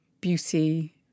beauty